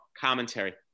commentary